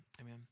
Amen